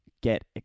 get